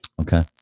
Okay